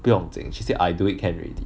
不用紧 she say I do it can already